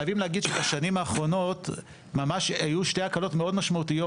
חייבים להגיד שבשנים האחרונות היו שתי הקלות מאוד משמעותיות